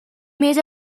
més